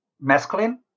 masculine